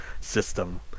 system